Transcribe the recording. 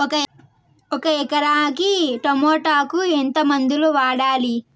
ఒక ఎకరాకి టమోటా కు ఎంత మందులు వాడాలి?